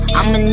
I'ma